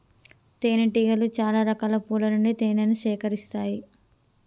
తేనె టీగలు చాల రకాల పూల నుండి తేనెను సేకరిస్తాయి